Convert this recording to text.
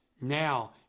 Now